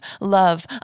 love